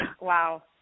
Wow